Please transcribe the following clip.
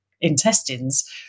intestines